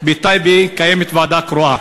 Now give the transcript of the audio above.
שבטייבה קיימת ועדה קרואה,